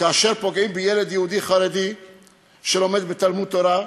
כאשר פוגעים בילד יהודי חרדי שלומד בתלמוד-תורה,